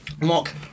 Mark